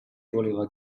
voleva